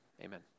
amen